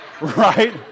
right